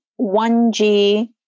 1G